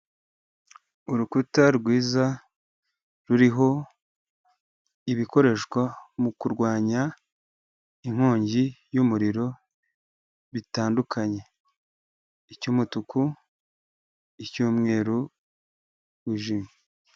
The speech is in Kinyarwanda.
Urukuta rwiza ruriho ibikoreshwa mu kurwanya inkongi y'umuriro bitandukanye icy'umutuku, icy'umweru wijimye.